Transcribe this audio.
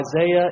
Isaiah